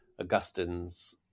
Augustine's